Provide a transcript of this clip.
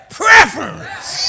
preference